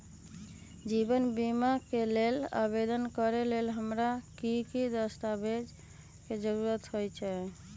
जीवन बीमा के लेल आवेदन करे लेल हमरा की की दस्तावेज के जरूरत होतई?